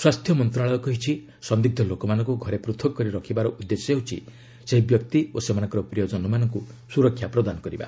ସ୍ୱାସ୍ଥ୍ୟ ମନ୍ତ୍ରଣାଳୟ କହିଛି ସନ୍ଦିଗ୍ର ଲୋକମାନଙ୍କୁ ଘରେ ପୃଥକ୍ କରି ରଖିବାର ଉଦ୍ଦେଶ୍ୟ ହେଉଛି ସେହି ବ୍ୟକ୍ତି ଓ ସେମାନଙ୍କର ପ୍ରିୟଜନମାନଙ୍କୁ ସୁରକ୍ଷା ପ୍ରଦାନ କରିବା